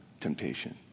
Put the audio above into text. temptation